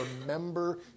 remember